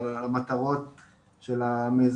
רעב אלא היא נועדה להשביע ילד רעב כשהוא הולך לבית